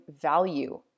value